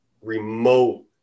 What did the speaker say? remote